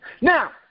Now